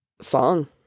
Song